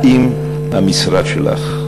האם המשרד שלך,